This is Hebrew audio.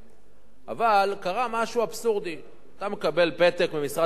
קרה משהו אבסורדי: אתה מקבל פתק ממשרד הבינוי והשיכון